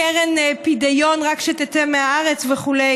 קרן פדיון רק שתצא מהארץ וכו',